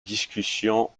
discussions